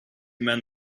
men